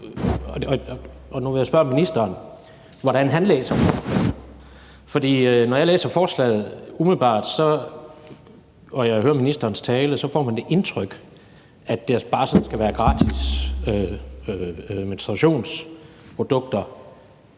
på. Nu vil jeg spørge ministeren, hvordan han læser forslaget. For når jeg læser forslaget umiddelbart og jeg hører ministerens tale, får man det indtryk, at det bare sådan skal være gratis menstruationsprodukter